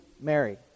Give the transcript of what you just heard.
Mary